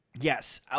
Yes